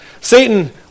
Satan